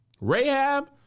Rahab